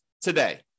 today